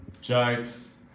Jokes